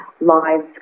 lives